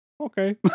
Okay